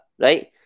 right